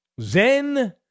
Zen